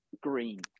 green